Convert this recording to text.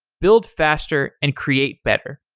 build faster and create better.